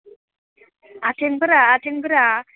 आथिं फोरा आथिं फोरा